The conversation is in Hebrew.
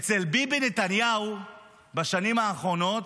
אצל ביבי נתניהו בשנים האחרונות